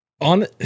On